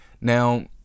Now